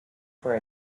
for